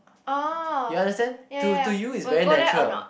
oh ya ya ya will go there or not